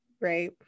right